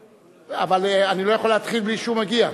אני לא יכול להתחיל בלי שהוא מגיע.